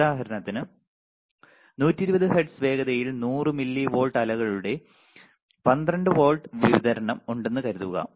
ഉദാഹരണത്തിന് 120 ഹെർട്സ് വേഗതയിൽ 100 milli volt അലകളുടെ 12 വോൾട്ട് വിതരണം ഉണ്ടെന്നു കരുതുക